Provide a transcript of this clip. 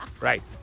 Right